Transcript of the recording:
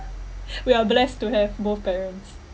we are blessed to have both parents